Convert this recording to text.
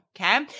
okay